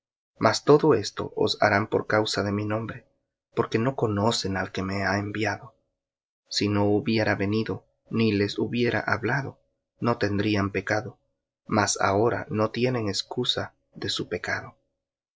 mas todo esto os harán por causa de mi nombre porque no conocen al que me ha enviado si no hubiera venido ni les hubiera hablado no tendrían pecado mas ahora no tienen excusa de su pecado